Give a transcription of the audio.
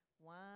one